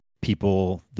people